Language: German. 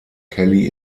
kelly